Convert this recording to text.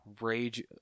rage